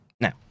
now